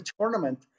tournament